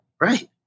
Right